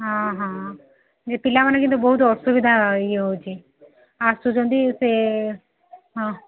ହଁ ହଁ ଯେ ପିଲାମାନେ କିନ୍ତୁ ବହୁତ ଅସୁବିଧା ଇଏ ହେଉଛି ଆସୁଛନ୍ତି ସେ ହଁ